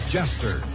Jester